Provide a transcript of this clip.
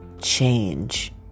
change